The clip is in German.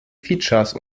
features